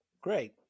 great